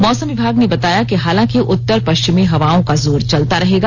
मौसम विभाग ने बताया कि हालांकि उत्तर पश्चिमी हवाओं का जोर चलता रहेगा